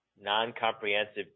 non-comprehensive